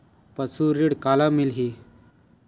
पशु ऋण काला मिलही?